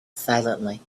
silently